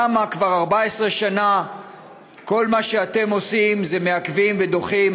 למה כבר 14 שנה כל מה שאתם עושים זה מעכבים ודוחים,